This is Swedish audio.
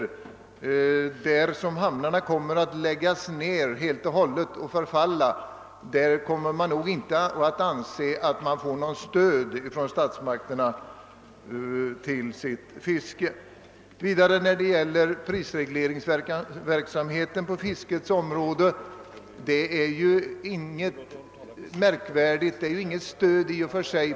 På de platser där hamnarna kommer att läggas ned och förfalla kommer man nog inte att anse att man får något stöd till fisket från statsmakterna. Vad gäller prisregleringsverksamheten på fiskets område är detta ju inte något märkvärdigt — det är inget stöd i och för sig.